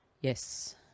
Yes